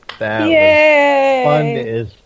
Yay